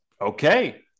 okay